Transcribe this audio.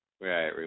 Right